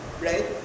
right